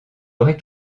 aurait